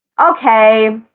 okay